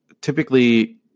typically